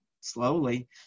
slowly